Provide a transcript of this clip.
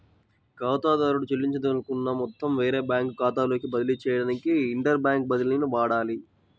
ఖాతాదారుడు చెల్లించదలుచుకున్న మొత్తం వేరే బ్యాంకు ఖాతాలోకి బదిలీ చేయడానికి ఇంటర్ బ్యాంక్ బదిలీని వాడాలి